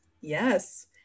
Yes